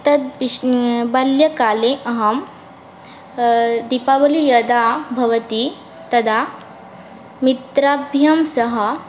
तद् बाल्यकाले अहं दीपावलिः यदा भवति तदा मित्राभ्यां सह